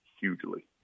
hugely